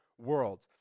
world